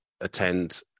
attend